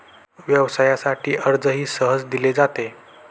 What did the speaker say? व्यवसायासाठी कर्जही सहज दिले जाते